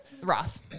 Roth